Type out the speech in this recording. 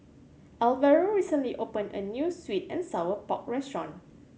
Alvaro recently opened a new sweet and sour pork restaurant